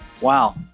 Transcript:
Wow